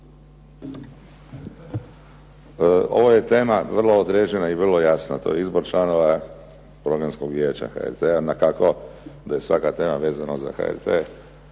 Ovo je tema vrlo određena i vrlo jana. To je izbor članova Programskog vijeća HRT-a na kako da je svaka tema vezana za HRT